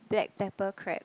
black pepper crab